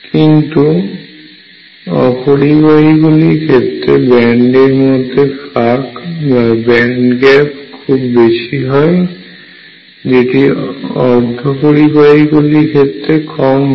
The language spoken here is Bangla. কিন্তু অপরিবাহী গুলির ক্ষেত্রে ব্যান্ডের মধ্যে ফাঁক খুব বেশি হয় যেটি অর্ধপরিবাহীর ক্ষেত্রে কম হয়